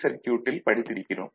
சர்க்யூட்டில் படித்திருக்கிறோம்